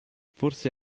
forse